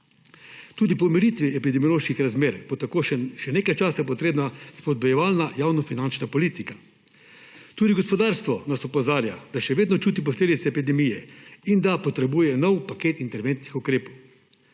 Tudi po umiritvi epidemioloških razmer bo tako še nekaj časa potrebna spodbujevalna javnofinančna politika. Tudi gospodarstvo nas opozarja, da še vedno čuti posledice epidemije in da potrebuje nov paket interventnih ukrepov.